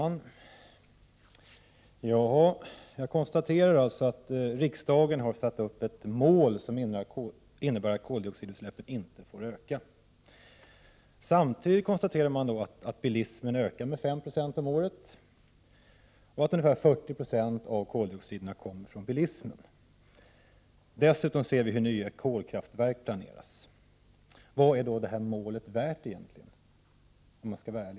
Herr talman! Jag konstaterar att riksdagen har satt upp ett mål som pen från biltrafiken innebär att koldioxidutsläppen inte får öka. Samtidigt kan jag konstatera att bilismen ökar med 5 96 om året och att 40 96 av koldioxidutsläppen kommer från bilismen. Dessutom planeras nya kolkraftverk. Om man skall vara ärlig, vad är då detta mål värt?